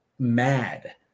mad